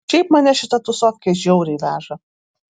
šiaip mane šita tūsofkė žiauriai veža